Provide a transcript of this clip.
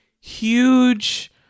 huge